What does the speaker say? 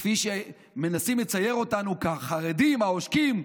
כפי שמנסים לצייר אותנו כחרדים העושקים,